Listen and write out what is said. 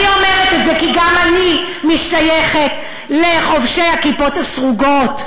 אני אומרת את זה כי גם אני משתייכת לחובשי הכיפות הסרוגות,